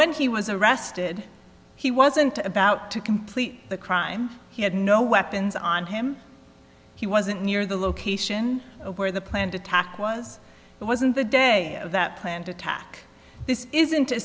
when he was arrested he wasn't about to complete the crime he had no weapons on him he wasn't near the location where the planned attack was it wasn't the day that planned attack this isn't a